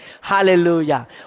Hallelujah